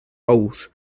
ous